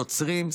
יוצרים,